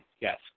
yes